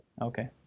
Okay